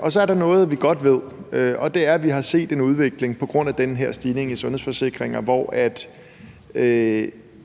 Og så er der noget, vi godt ved, og det er, at vi har set en udvikling på grund af den her stigning i antallet af sundhedsforsikringer, hvor vi